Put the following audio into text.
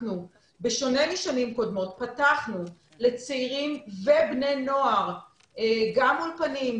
בשונה משנים קודמות פתחנו לצעירים ובני נוער גם אולפנים,